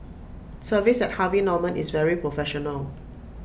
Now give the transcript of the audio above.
service at Harvey Norman is very professional